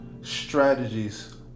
strategies